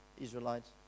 Israelites